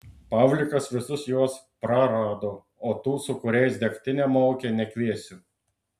pavlikas visus juos prarado o tų su kuriais degtinę maukė nekviesiu